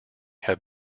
have